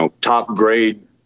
top-grade